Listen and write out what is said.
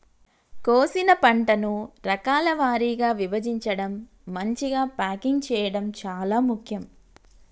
కోసిన పంటను రకాల వారీగా విభజించడం, మంచిగ ప్యాకింగ్ చేయడం చాలా ముఖ్యం